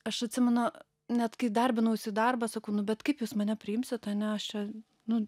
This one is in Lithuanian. aš atsimenu net kai darbinausi į darbą sakau nu bet kaip jūs mane priimsit ane aš čia nu